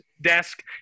desk